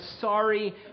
sorry